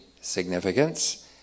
significance